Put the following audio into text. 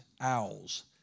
owls